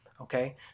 Okay